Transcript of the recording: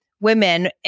women